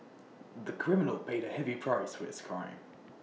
the criminal paid A heavy price for his crime